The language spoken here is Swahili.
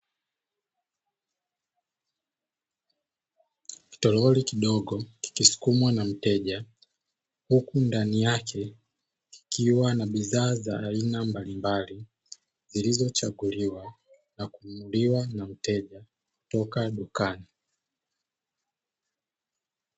Kitoroli kidogo kikisukumwa na mteja huku ndani yake kukiwa na bidhaa za aina mbalimbali, zilzochaguliwa kununuliwa na mteja kutoka dukani.